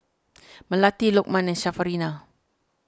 Melati Lokman and